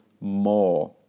more